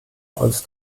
als